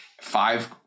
five